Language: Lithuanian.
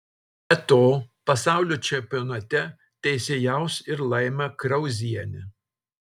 be to pasaulio čempionate teisėjaus ir laima krauzienė